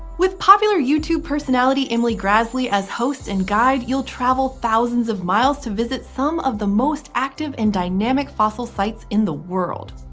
with popular youtube personality emily graslie as host and guide, you'll travel thousands of miles to visit some of the most active and dynamic fossil sites in the world.